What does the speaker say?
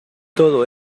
todo